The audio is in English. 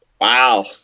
Wow